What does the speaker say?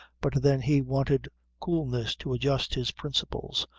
but then he wanted coolness to adjust his principles,